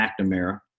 McNamara